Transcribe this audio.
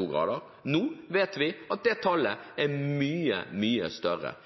2 grader. Nå vet vi at det tallet er mye, mye større.